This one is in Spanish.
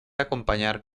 acompañar